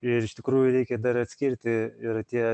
ir iš tikrųjų reikia dar atskirti yra tie